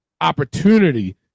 opportunity